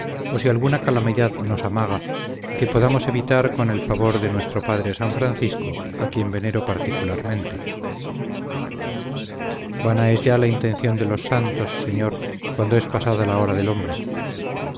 o si alguna calamidad nos amaga que podamos evitar con el favor de nuestro padre san francisco a quien venero particularmente vana es ya la intención de los santos señor cuando es pasada la hora del hombre